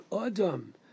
Adam